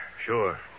Sure